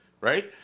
right